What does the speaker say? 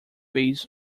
base